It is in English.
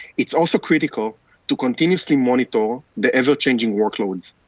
it's also critical to continuously monitor the ever-changing workloads,